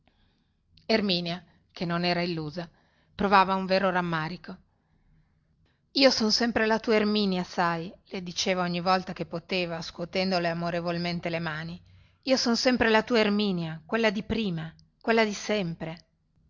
erminia che non ne era illusa provava un vero rammarico io son sempre la tua erminia sai le diceva ogni volta che poteva scuotendole amorevolmente le mani io son sempre la tua erminia quella di prima quella di sempre